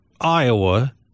Iowa